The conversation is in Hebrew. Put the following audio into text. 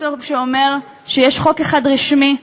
מסר שאומר שיש חוק אחד רשמי,